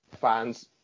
fans